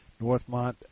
Northmont